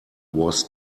was